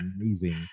amazing